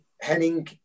Henning